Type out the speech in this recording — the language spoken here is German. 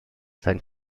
sein